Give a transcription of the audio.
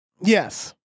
Yes